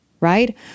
right